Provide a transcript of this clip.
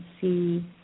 see